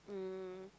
um